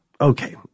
okay